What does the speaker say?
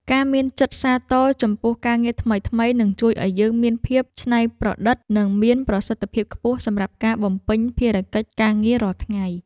ការមានចិត្តសាទរចំពោះការងារថ្មីនឹងជួយឱ្យយើងមានភាពច្នៃប្រឌិតនិងមានប្រសិទ្ធភាពខ្ពស់សម្រាប់ការបំពេញភារកិច្ចការងាររាល់ថ្ងៃ។